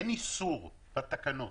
אין איסור בתקנות.